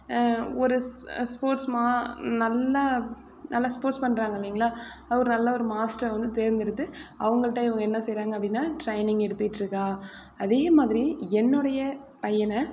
ஒரு ஸ்போர்ட்ஸ் மா நல்ல நல்ல ஸ்போர்ட்ஸ் பண்றாங்க இல்லைங்களா அவர் நல்ல ஒரு மாஸ்டர் வந்து தேர்ந்தெடுத்து அவங்கள்ட இவங்க என்ன செய்கிறாங்க அப்படின்னா ட்ரெயினிங் எடுத்துகிட்டு இருக்காள் அதே மாதிரி என்னுடைய பையனை